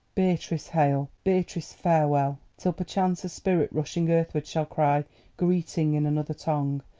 beatrice, hail! beatrice, farewell! till perchance a spirit rushing earthward shall cry greeting, in another tongue,